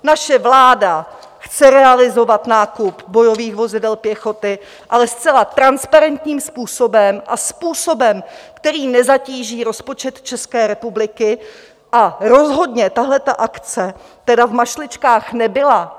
Naše vláda chce realizovat nákup bojových vozidel pěchoty, ale zcela transparentním způsobem a způsobem, který nezatíží rozpočet České republiky, a rozhodně tato akce tedy v mašličkách nebyla.